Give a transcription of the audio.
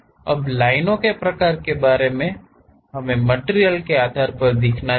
अब लाइनों के प्रकार के बारे में हमें मटिरियल के आधार पर दिखाना चाहिए